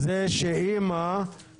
את הזכות הבסיסית לבוא לוועדה להתנגד,